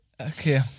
Okay